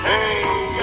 Hey